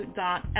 dot